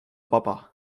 vaba